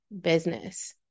business